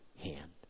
hand